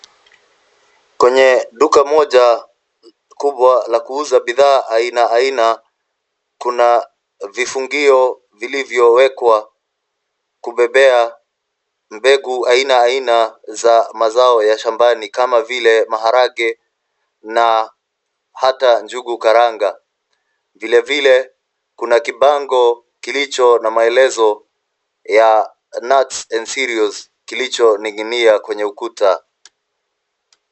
Kwenye duka moja kubwa la kuuza bidhaa aina aina, kuna vifungio vilivyowekwa kubebea mbegu aina aina za mazao ya shambani kama vile: maharage na hata njugu karanga. Vile vile, kuna kibango kilicho na maelezo ya Nuts & Cereals kilichoning'inia kwenye ukuta.